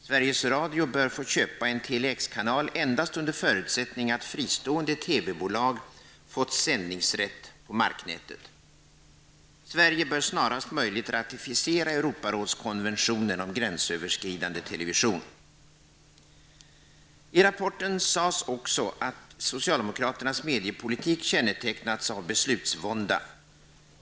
Sveriges Radio bör få köpa en Sverige bör snarast möjligt ratificera I rapporten sades också att socialdemokraternas mediepolitik kännetecknats av beslutsvånda.